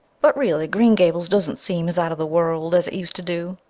but really, green gables doesn't seem as out of the world as it used to do.